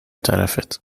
طرفت